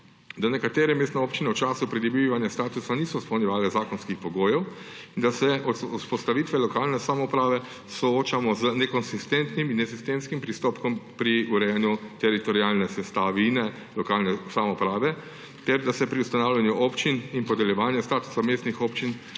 da nekatere mestne občine v času pridobivanja statusa niso izpolnjevale zakonskih pogojev in da se od vzpostavitve lokalne samouprave soočamo z nekonsistentnim in nesistemskim pristopom pri urejanju teritorialne sestavine lokalne samouprave ter da se pri ustanavljanju občin in podeljevanju statusa mestnih občin